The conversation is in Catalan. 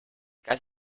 cas